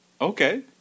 Okay